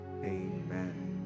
amen